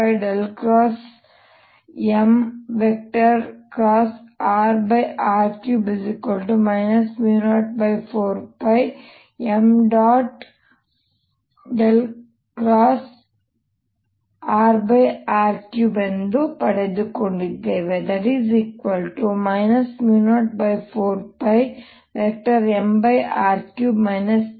rr3 ಎಂದು ಪಡೆದುಕೊಂಡಿದ್ದೇವೆr≠0 04πmr3 3m